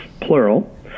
plural